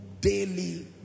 daily